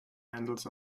handles